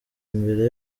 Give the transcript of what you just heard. imbere